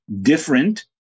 different